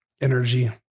energy